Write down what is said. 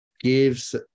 gives